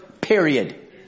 Period